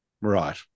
Right